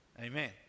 Amen